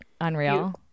unreal